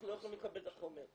אנחנו לא יכולים לקבל את החומר".